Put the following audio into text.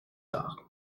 tard